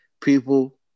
people